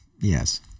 Yes